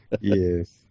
Yes